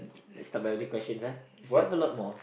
let's start by other questions ah we still have a lot more